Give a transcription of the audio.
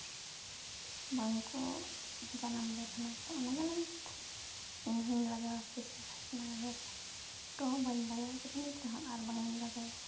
ᱵᱟᱝᱠᱚ ᱡᱟᱱᱟᱢᱟᱫᱮ ᱛᱟᱦᱮᱱᱟ ᱛᱚ ᱚᱱᱟ ᱡᱟᱱᱟᱝ ᱤᱧᱦᱩᱧ ᱞᱟᱜᱟᱣ ᱠᱮᱫᱟ ᱥᱤ ᱵᱷᱤᱴᱱᱟᱵᱷᱤᱴ ᱛᱚ ᱵᱟᱹᱧ ᱞᱟᱜᱟᱣ ᱠᱟᱫᱟ ᱱᱤᱛ ᱨᱮᱦᱚᱸ ᱟᱨ ᱵᱟᱝᱤᱧ ᱞᱟᱜᱟᱭᱟ